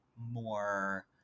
more